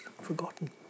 forgotten